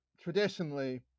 traditionally